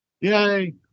Yay